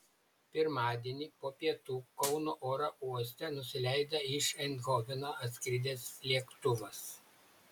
pirmadienį po pietų kauno oro uoste nusileido iš eindhoveno atskridęs lėktuvas